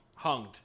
Hunged